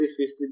50